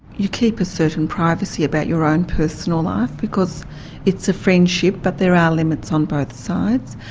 you keep a certain privacy about your own personal life, because it's a friendship, but there are limits on both sides.